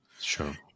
Sure